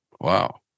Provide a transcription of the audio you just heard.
wow